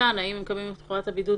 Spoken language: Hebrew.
האם הם מקיימים כאן את חובת הבידוד,